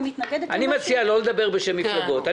מתנגדת --- אני מציע לא לדבר בשם מפלגות.